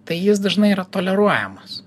tai jis dažnai yra toleruojamas